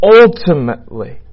ultimately